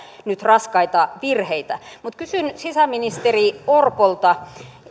nyt raskaita virheitä kysyn sisäministeri orpolta